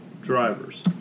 Drivers